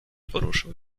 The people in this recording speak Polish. poruszył